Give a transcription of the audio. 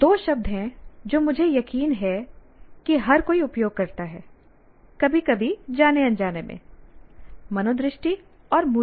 दो शब्द हैं जो मुझे यकीन है कि हर कोई उपयोग करता है कभी कभी जाने अनजाने में मनोदृष्टि और मूल्य